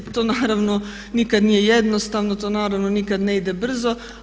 To naravno nikad nije jednostavno, to naravno nikad ne ide brzo.